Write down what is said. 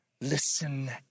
listen